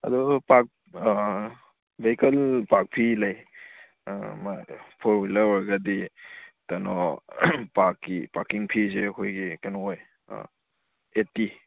ꯑꯗꯨꯗꯣ park vehicle park fee ꯂꯩ ꯃꯥꯗꯣ ꯐꯣꯔ ꯍ꯭ꯋꯤꯂꯔ ꯑꯣꯏꯔꯒꯗꯤ ꯀꯩꯅꯣ ꯄꯥꯔꯛꯀꯤ ꯄꯥꯔꯀꯤꯡ ꯐꯤꯁꯦ ꯑꯩꯈꯣꯏꯒꯤ ꯀꯩꯅꯣ ꯑꯣꯏ ꯐꯤꯞꯇꯤ